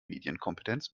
medienkompetenz